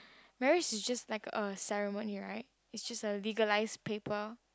marriage is just like a ceremony right is just a legalise paper